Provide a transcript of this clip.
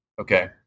okay